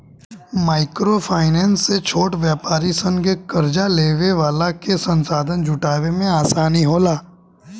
micro finance से छोट व्यापारी सन के कार्जा लेवे वाला के संसाधन जुटावे में आसानी होला